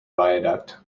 viaduct